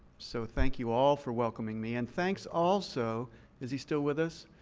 so thank you all for welcoming me and thanks also is he still with us?